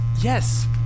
yes